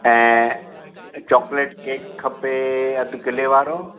ऐं chocolate cake खपे अधु किले वारो